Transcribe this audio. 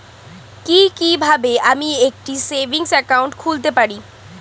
কি কিভাবে আমি একটি সেভিংস একাউন্ট খুলতে পারি?